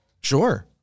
Sure